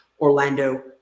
Orlando